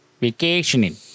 Vacationing